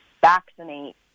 vaccinate